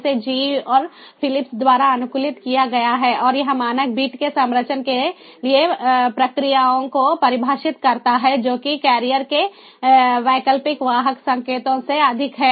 इसे GE और Philips द्वारा अनुकूलित किया गया था और यह मानक बिट के संचरण के लिए प्रक्रियाओं को परिभाषित करता है जो कि कैरियर के वैकल्पिक वाहक संकेतों से अधिक है